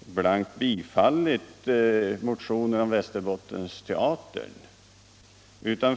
blankt bifallit motionerna om Västerbottensteatern.